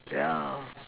yeah